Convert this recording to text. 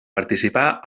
participà